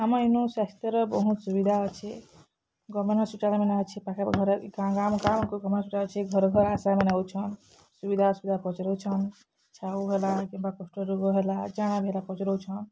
ଆମ ଇନୁ ସ୍ୱାସ୍ଥ୍ୟର ବହୁତ ସୁବିଧା ଅଛେ ସୂଚକା ମାନେ ଅଛେ ଘରେ ଘର୍ ଘର୍ ଆଶାମାନେ ଆଉଛନ୍ ସୁବିଧା ଅସୁବିଧା ପଚାରୁଛନ୍ କିବା କୁଷ୍ଠ ରୁଗ ହେଲା ଯାହା ଭି ହେଲା ପଚରୁଛଁ